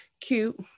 cute